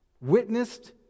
witnessed